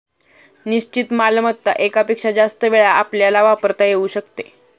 निश्चित मालमत्ता एकापेक्षा जास्त वेळा आपल्याला वापरता येऊ शकते